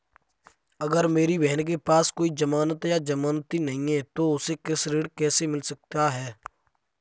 अगर मेरी बहन के पास कोई जमानत या जमानती नहीं है तो उसे कृषि ऋण कैसे मिल सकता है?